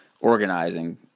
organizing